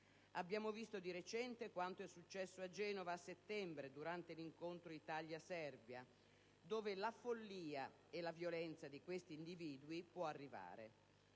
Abbiamo visto di recente quanto è successo a Genova a settembre durante l'incontro tra l'Italia e la Serbia, a che punto la follia e la violenza di questi individui possono arrivare.